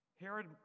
Herod